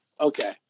Okay